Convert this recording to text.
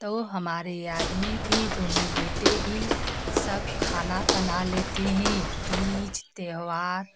तो हमारे आदमी भी दोनों बेटे भी सब खाना बना लेते हैं तीज त्योहार